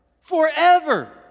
Forever